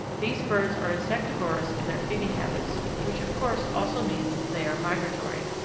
these birds are insectivorous in their feeding habits, which of course also means that they are migratory.